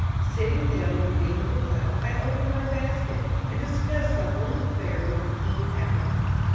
sitting down on the beam of the plow, i opened my basket and discussed the homely fare with a keen appetite.